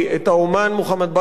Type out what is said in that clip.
את האמן מוחמד בכרי,